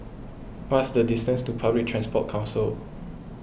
what is the distance to Public Transport Council